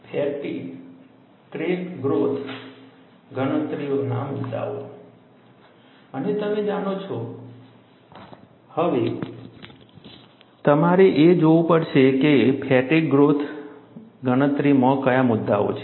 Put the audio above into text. fatigue crack growth ગણતરીઓમાં મુદ્દાઓ અને તમે જાણો છો હવે તમારે એ જોવું પડશે કે ફેટિગ ક્રેક ગ્રોથ ગણતરીઓમાં કયા મુદ્દાઓ છે